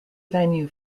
venue